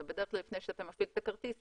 בדרך כלל לפני שאתה מפעיל את הכרטיס,